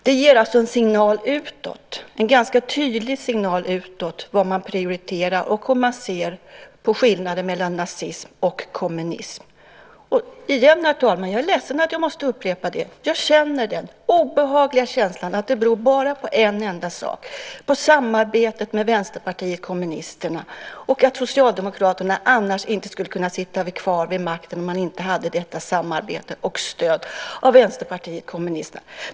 Det ger en tydlig signal utåt vad man prioriterar och hur man ser på skillnaden mellan nazism och kommunism. Jag är ledsen att jag måste upprepa detta, men jag har en obehaglig känsla av att detta beror på en enda sak, nämligen att Socialdemokraterna inte skulle kunna sitta kvar vid makten om man inte hade samarbetet med och stödet av Vänsterpartiet kommunisterna.